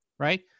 Right